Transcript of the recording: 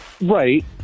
Right